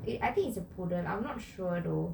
eh I think it's a poodle I'm not sure though